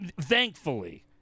Thankfully